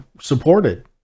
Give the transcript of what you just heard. supported